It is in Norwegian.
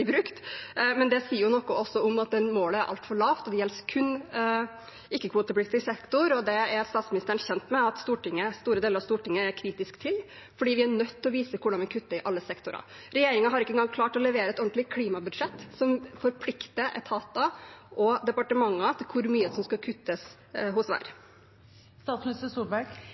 brukt. Det sier også noe om at det målet er altfor lavt. Det gjelder også kun ikke-kvotepliktig sektor, og statsministeren er kjent med at store deler av Stortinget er kritiske til det, for vi er nødt til å vise hvordan vi kutter, i alle sektorer. Regjeringen har ikke engang klart å levere et ordentlig klimabudsjett, som forplikter departementer og etater på hvor mye som skal kuttes hos